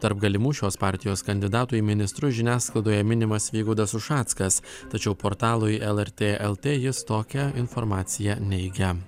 tarp galimų šios partijos kandidatų į ministrus žiniasklaidoje minimas vygaudas ušackas tačiau portalui lrt lt jis tokią informaciją neigia